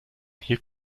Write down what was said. hier